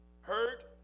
hurt